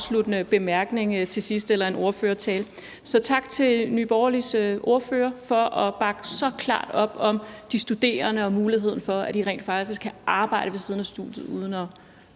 afsluttende ordførertale til sidst. Så tak til Nye Borgerliges ordfører for at bakke så klart op om de studerende og muligheden for, at de rent faktisk kan arbejde ved siden af studiet uden at